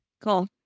Cool